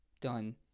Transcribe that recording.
done